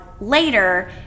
later